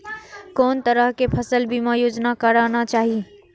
कोन तरह के फसल बीमा योजना कराना चाही?